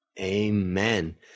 amen